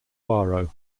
poirot